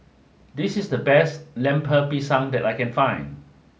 this is the best Lemper Pisang that I can find